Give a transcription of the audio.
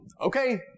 okay